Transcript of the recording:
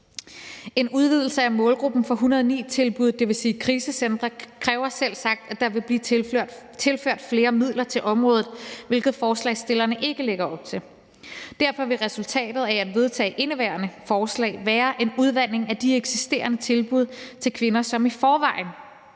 En udvidelse af målgruppen for § 109-tilbud, dvs. krisecentre, kræver selvsagt, at der vil blive tilført flere midler til området, hvilket forslagsstillerne ikke lægger op til. Derfor vil resultatet af at vedtage indeværende forslag være en udvanding af de eksisterende tilbud til kvinder, som i forvejen